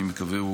אני מקווה,